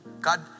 God